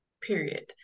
Period